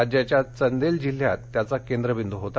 राज्याच्या चंदेल जिल्ह्यात त्याचा केंद्रबिंद्र होता